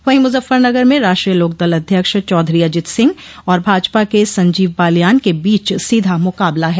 वहीं मुजफ्फरनगर में राष्ट्रीय लोकदल अध्यक्ष चौधरी अजित सिंह और भाजपा के संजीव बालियान के बीच सीधा मुकाबला है